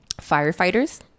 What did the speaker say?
firefighters